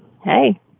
Hey